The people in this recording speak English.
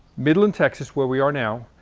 midland, texas, where we are now,